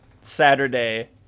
Saturday